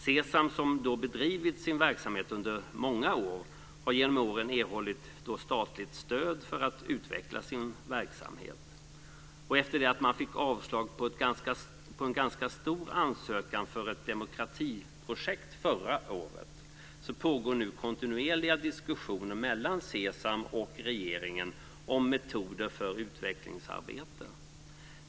Cesam som bedrivit sin verksamhet under många år har genom åren erhållit statligt stöd för att utveckla sin verksamhet. Efter det att man fick avslag på en ganska stor ansökan för ett demokratiprojekt förra året pågår nu kontinuerliga diskussioner mellan Cesam och regeringen om metoder för utvecklingsarbete.